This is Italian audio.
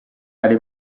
dalle